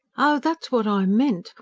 oh, that's what i meant.